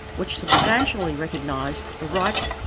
which substantially recognised the rights,